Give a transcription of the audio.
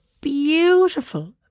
beautiful